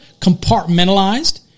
compartmentalized